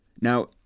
Now